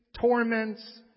torments